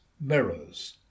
mirrors